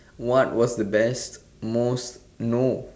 what was the best most no